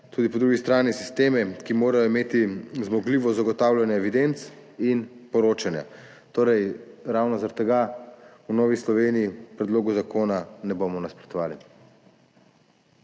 in regulirane sisteme, ki morajo imeti zmogljivost zagotavljanja evidenc in poročanja. Ravno zaradi tega v Novi Sloveniji predlogu zakona ne bomo nasprotovali.